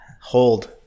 Hold